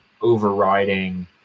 overriding